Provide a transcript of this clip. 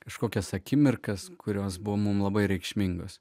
kažkokias akimirkas kurios buvo mums labai reikšmingos